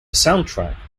soundtrack